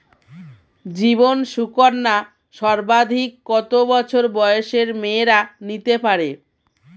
জীবন সুকন্যা সর্বাধিক কত বছর বয়সের মেয়েরা নিতে পারে?